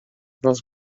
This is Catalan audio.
dels